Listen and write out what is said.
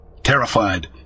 terrified